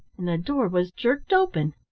and the door was jerked open.